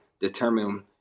determine